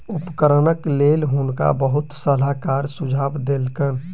उपकरणक लेल हुनका बहुत सलाहकार सुझाव देलकैन